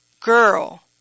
girl